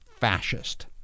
fascist